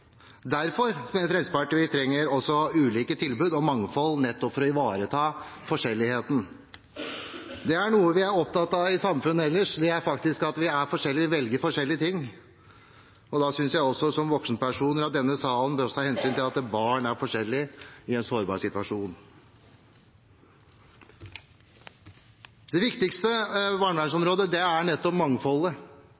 Derfor mener Fremskrittspartiet at vi trenger også ulike tilbud og mangfold – nettopp for å ivareta forskjelligheten. Noe vi er opptatt av i samfunnet ellers, er at vi faktisk er forskjellige, at vi velger forskjellige ting, og da synes jeg, som voksenperson, at denne salen bør ta hensyn til at barn i en sårbar situasjon er forskjellige. Det viktigste